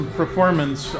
performance